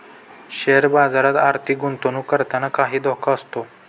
share बाजारात आर्थिक गुंतवणूक करताना काही धोका असतो